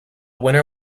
winner